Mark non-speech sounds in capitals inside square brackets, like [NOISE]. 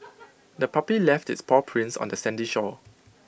[NOISE] the puppy left its paw prints on the sandy shore